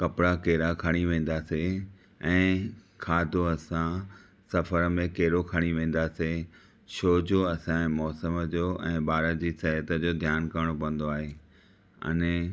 कपड़ा कहिड़ा खणी वेन्दासीं ऐं खाधो असां सफ़र में कहिड़ो खणी वेन्दासीं छो जो असां जे मौसम जो ऐं ॿार जी सेहत जो ध्यान करणो पवन्दो आहे अने